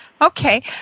Okay